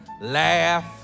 laugh